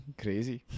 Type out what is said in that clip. crazy